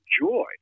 joy